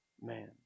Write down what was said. man